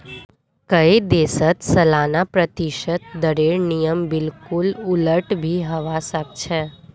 कई देशत सालाना प्रतिशत दरेर नियम बिल्कुल उलट भी हवा सक छे